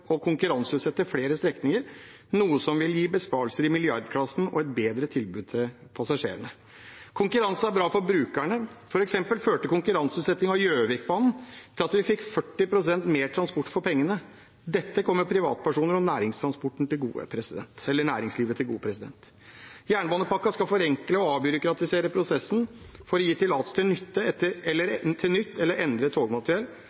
konkurranseutsette flere strekninger, noe som vil gi besparelser i milliardklassen og et bedre tilbud til passasjerene. Konkurranse er bra for brukerne. For eksempel førte konkurranseutsetting av Gjøvikbanen til at vi fikk 40 pst. mer transport for pengene. Dette kommer privatpersoner og næringslivet til gode. Jernbanepakken skal forenkle og avbyråkratisere prosessen for å gi tillatelse til nytt eller endret togmateriell